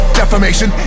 defamation